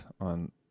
on